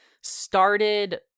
started